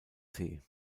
see